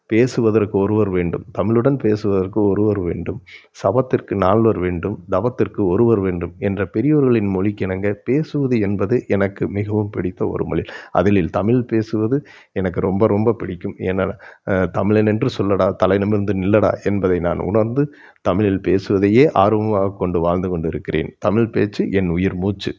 பேசுவதற்கு ஒருவர் வேண்டும் தமிழுடன் பேசுவதற்கு ஒருவர் வேண்டும் சவத்திற்கு நால்வர் வேண்டும் தவத்திற்கு ஒருவர் வேண்டும் என்ற பெரியோர்களின் மொழிக்கிணங்க பேசுவது என்பது எனக்கு மிகவும் பிடித்த ஒரு மொழி அதில் தமிழ் பேசுவது எனக்கு ரொம்ப ரொம்ப பிடிக்கும் ஏனால் தமிழன் என்று சொல்லடா தலைநிமிர்ந்து நில்லடா என்பதை நான் உணர்ந்து தமிழில் பேசுவதையே ஆர்வமாக கொண்டு வாழ்ந்துக் கொண்டிருக்கிறேன் தமிழ்ப்பேச்சு என் உயிர் மூச்சு